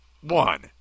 One